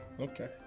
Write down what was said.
Okay